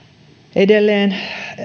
edelleen